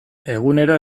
egunero